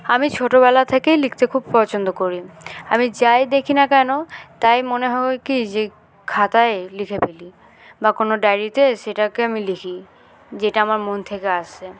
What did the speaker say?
আমি ছোটবেলা থেকেই লিখতে খুব পছন্দ করি আমি যাই দেখি না কেন তাই মনে হয় কি যে খাতায় লিখে ফেলি বা কোনো ডায়েরিতে সেটাকে আমি লিখি যেটা আমার মন থেকে আসে